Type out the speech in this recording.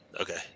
Okay